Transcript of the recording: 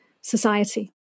society